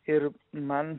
ir man